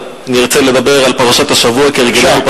אני ארצה לדבר על פרשת השבוע, כהרגלנו.